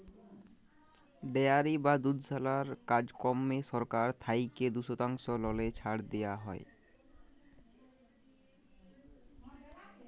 dairy বা দুধশালার কাজকম্মে সরকার থ্যাইকে দু শতাংশ ললে ছাড় দিয়া হ্যয়